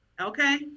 Okay